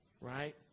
right